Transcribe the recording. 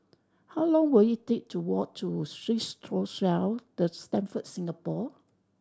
how long will it take to walk to Swissotel The Stamford Singapore